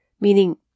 meaning